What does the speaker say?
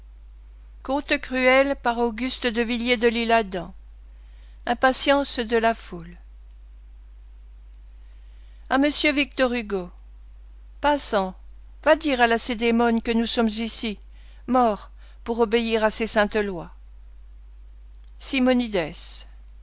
impatience de la foule à monsieur victor hugo passant va dire à lacédémone que nous sommes ici morts pour obéir à ses